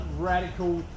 radical